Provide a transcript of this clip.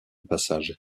passage